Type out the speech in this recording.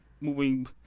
moving